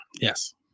Yes